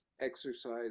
exercise